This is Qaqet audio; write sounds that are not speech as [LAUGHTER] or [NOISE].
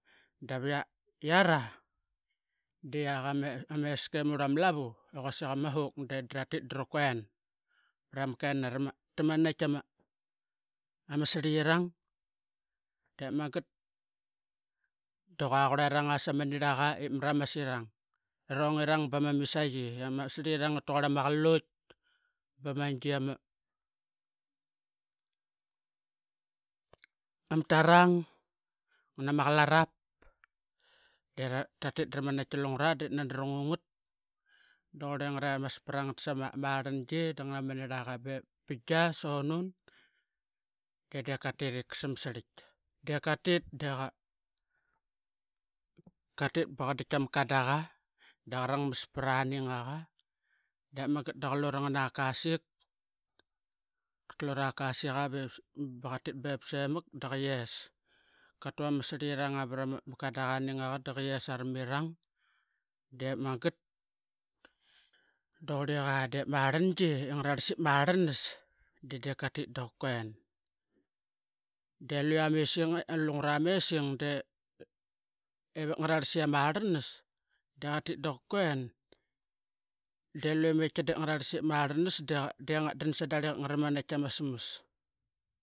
Dap iara de iak ama aska ingri ama lavu i quasik ama hoke dedra tit dra kuen marama kena tamanat tama srikirang dep magat da qua qure ranga sama niraqa ip maramas iring irong ba mamisaqi i ama srinking ip taquar ama qarliut bamagi ama [NOISE] tarang ngana. Maqar lapap dera tit da ra mani et. Hungara dip nani rangu ngat daqure qatra i mas prangat sama ma rangi da ngana ama niraqa evep binga sonun dii dep katit ip kas amsarik de katit deqa katit baqatit tama kadaqa da qa rang mas praning naqa magat da qa lurangana kasik katlu rakasik daqa tit bep semak kato ama sriking prama kada qa nin ga qa da qa iesaramiring dep magat duqumeqa dep marangi ngaras ip ma ranas. De dip katit da qa kuen deluia ama esingaie de lungra mesing devip ngaras iamaranas de qatit daqa kuen de luye dep ngaras ip. Maranas dengat dan sadrik ip ngaramait tama samas.